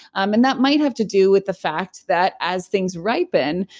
um and that might have to do with the fact that as things ripen,